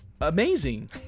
amazing